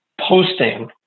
posting